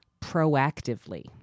proactively